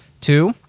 Two